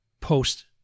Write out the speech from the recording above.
post